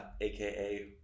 aka